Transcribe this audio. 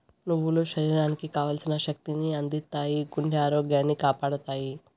నువ్వులు శరీరానికి కావల్సిన శక్తి ని అందిత్తాయి, గుండె ఆరోగ్యాన్ని కాపాడతాయి